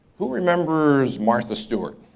who remembers martha stewart?